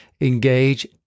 Engage